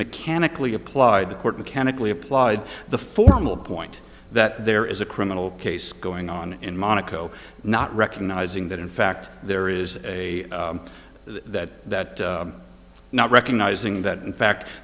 mechanically applied the court mechanically applied the formal point that there is a criminal case going on in monaco not recognizing that in fact there is a that not recognizing that in fact